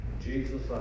Jesus